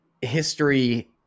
history